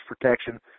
protection